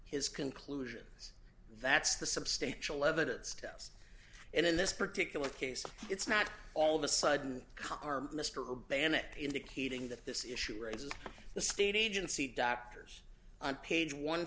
his conclusions that's the substantial evidence to us and in this particular case it's not all of a sudden car mr banneker indicating that this issue raises the state agency doctors on page one